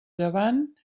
llevant